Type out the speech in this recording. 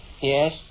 Yes